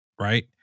right